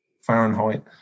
Fahrenheit